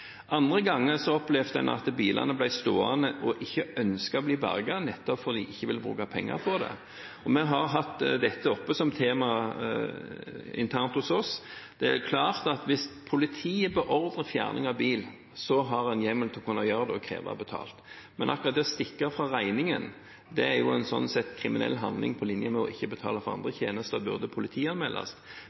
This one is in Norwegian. Andre ganger opplevde han at bilene ble stående og eierne ikke ønsket å bli berget, nettopp fordi de ikke ville bruke penger på det. Vi har hatt dette oppe som tema internt hos oss. Det er klart at hvis politiet beordrer fjerning av bil, så har en hjemmel til å kunne gjøre det og kreve betalt. Akkurat det å stikke fra regningen er sånn sett en kriminell handling på linje med ikke å betale for andre tjenester og burde politianmeldes.